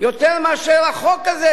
יותר מאשר החוק הזה,